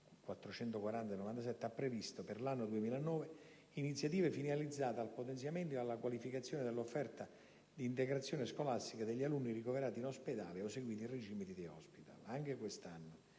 del 1997, ha previsto per l'anno 2009 iniziative finalizzate al potenziamento e alla qualificazione dell'offerta di integrazione scolastica degli alunni ricoverati in ospedale o seguiti in regime di *day hospital*. Anche quest'anno